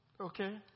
Okay